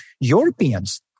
Europeans